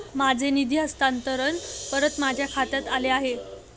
माझे निधी हस्तांतरण परत माझ्या खात्यात आले आहे